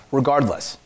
regardless